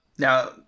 Now